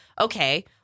okay